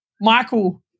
Michael